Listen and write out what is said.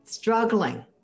Struggling